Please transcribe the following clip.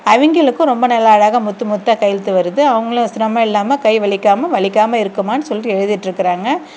அவிங்களுக்கும் ரொம்ப நல்ல அழகாக முத்து முத்தாக கையெழுத்து வருது அவங்குளும் சிரமம் இல்லாமல் கை வலிக்காமல் வலிக்காமல் இருக்குமான்னு சொல்லிட்டு எழுதிகிட்டு இருக்கிறாங்க